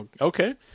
okay